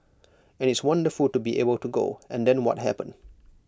and it's wonderful to be able to go and then what happened